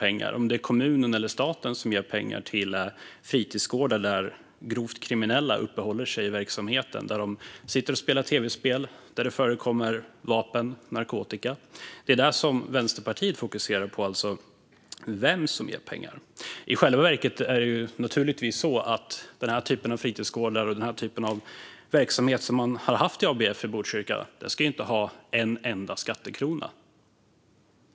Det handlar om huruvida det är kommunen eller staten som ger pengar till fritidsgårdar där grovt kriminella uppehåller sig i verksamheten. Där sitter de och spelar tv-spel, och det förekommer vapen och narkotika. Vänsterpartiet fokuserar alltså på vem det är som ger pengar. I själva verket är det naturligtvis så att den här typen av fritidsgårdar och den typ av verksamhet som man har haft i ABF i Botkyrka inte ska ha en enda skattekrona.